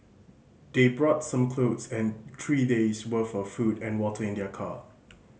they brought some clothes and three days' worth of food and water in their car